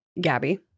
Gabby